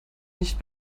nicht